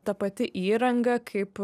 ta pati įranga kaip